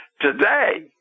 today